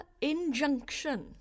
injunction